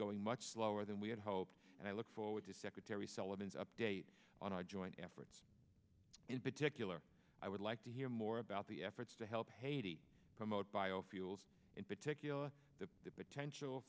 going much slower than we had hoped and i look forward to secretary sullivan's update on our joint efforts in particular i would like to hear more about the efforts to help haiti promote biofuels in particular the potential